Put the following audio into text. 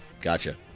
gotcha